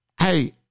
hey